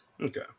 Okay